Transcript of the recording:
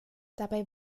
dabei